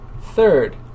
Third